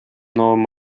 новым